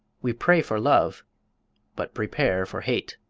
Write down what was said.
we pray for love but prepare for hate.